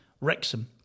Wrexham